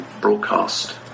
broadcast